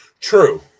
True